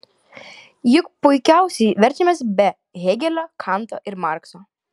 juk puikiausiai verčiamės be hėgelio kanto ir markso